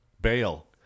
Bail